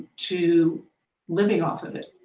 to living off of it.